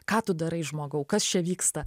ką tu darai žmogau kas čia vyksta